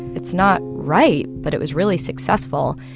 it's not right, but it was really successful.